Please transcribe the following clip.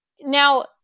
Now